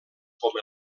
com